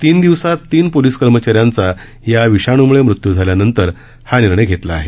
तीन दिवसांत तीन पोलिस कर्मचाऱ्यांचा या विषाणूमुळे मृत्यू झाल्यानंतर हा निर्णय घेतला आहे